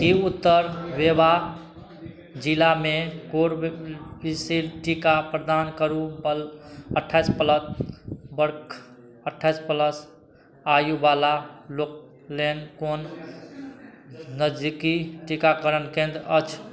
कि उत्तर वेबा जिलामे कोरबोशील्ड टीका प्रदान करैवला अट्ठाइस प्लस बरख अट्ठाइस प्लस आयुवला लोक लेल कोन नजदीकी टीकाकरण केन्द्र अछि